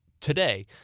today